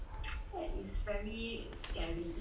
that is very scary